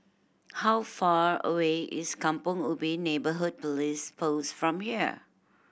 how far away is Kampong Ubi Neighbourhood Police Post from here